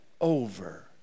over